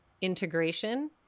integration